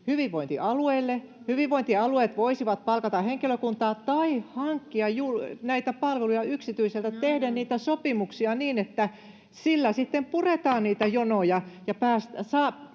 hyvinvointialueille. Hyvinvointialueet voisivat palkata henkilökuntaa tai hankkia juuri näitä palveluja yksityiseltä, tehdä niitä sopimuksia niin, että sillä sitten puretaan niitä jonoja